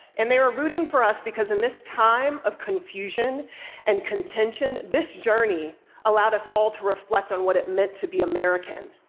and they were rooting for us because in this time of confusion and contention, this journey allowed us all to reflect on what it meant to be american.